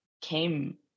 came